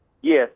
Yes